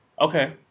Okay